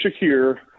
Shakir